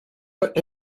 but